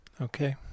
okay